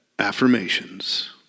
Affirmations